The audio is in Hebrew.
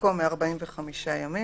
במקום "מארבעים וחמישה ימים"